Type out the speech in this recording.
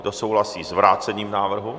Kdo souhlasí s vrácením návrhu?